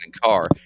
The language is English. car